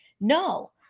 No